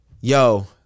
yo